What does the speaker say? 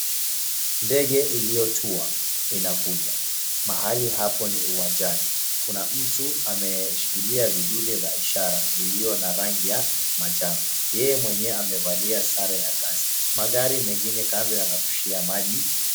Ndege iliyotuwa inakuja, mahali hapo ni uwanjani, kuna mtu ameshikilia vidude vya ishara viliyo na rangi ya manjano, yeye mwenyewe amevalia sare ya kazi magari mengine kando yanarushia maji.